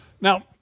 Now